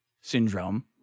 syndrome